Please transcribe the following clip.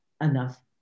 enough